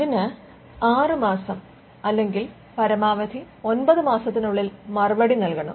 അതിന് 6 മാസം അല്ലെങ്കിൽ പരമാവധി 9 മാസത്തിനുള്ളിൽ മറുപടി നൽകണം